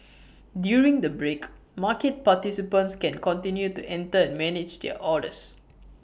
during the break market participants can continue to enter and manage their orders